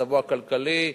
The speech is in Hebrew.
מצבו הכלכלי,